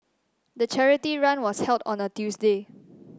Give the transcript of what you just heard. the charity run was held on a Tuesday